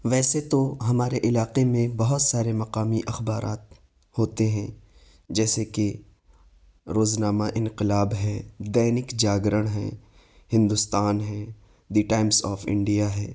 ویسے تو ہمارے علاقے میں بہت سارے مقامی اخبارات ہوتے ہیں جیسے کہ روزنامہ انقلاب ہے دینک جاگرن ہے ہندوستان ہے دی ٹائمس آف انڈیا ہے